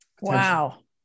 Wow